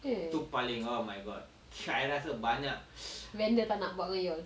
eh vendor tak nak buat dekat you all